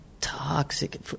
Toxic